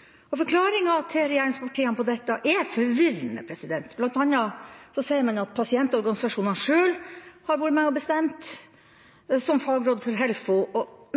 inkontinens. Forklaringa til regjeringspartiene på dette er forvirrende, bl.a. sier man at pasientorganisasjonene sjøl har vært med og bestemt som fagråd for HELFO.